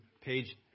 page